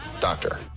doctor